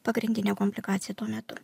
pagrindinė komplikacija tuo metu